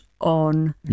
on